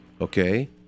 okay